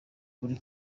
muri